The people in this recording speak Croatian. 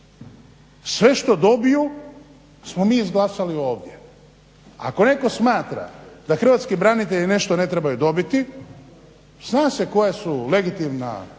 Sve što dobiju smo mi izglasali ovdje. Ako netko smatra da hrvatski branitelji nešto ne trebaju dobiti zna se koja su legitimna